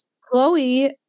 Chloe